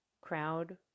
crowd